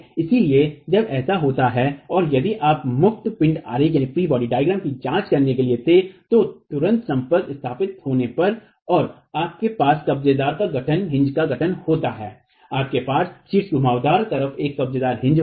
इसलिए जब ऐसा होता है और यदि आप मुक्त पिण्ड आरेख की जांच करने के लिए थे तो तुरंत संपर्क स्थापित होने पर और आपके पास कब्जेदारहिन्ज का गठन होता है आपके पास शीर्ष घुमावदार तरफ एक कब्जेदारहिन्ज होगा